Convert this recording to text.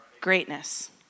greatness